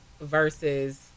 versus